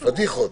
פדיחות.